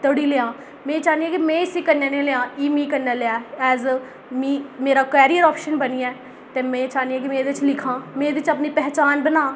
धोड़ी लेआं में चाह्न्नी आं कि में इसी कन्नै निं लेआं एह् मिगी कन्नै लेऐ ऐज ए मी मेरा कैरियर आपशन बनियै में ते चाह्न्नी आं में एह्दे च लिखां में एह्दे च अपनी पन्छान बनांऽ